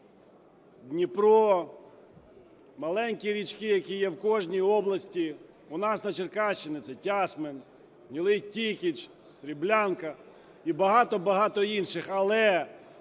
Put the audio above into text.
Дніпро, маленькі річки, які є в кожній області. У нас на Черкащині це Тясмин, Гнилий Тікич, Сріблянка і багато-багато інших.